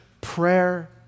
prayer